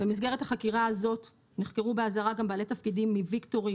במסגרת החקירה הזאת נחקרו באזהרה גם בעלי תפקידים מויקטורי,